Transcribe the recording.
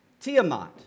Tiamat